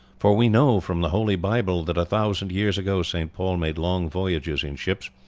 for we know from the holy bible that a thousand years ago st. paul made long voyages in ships,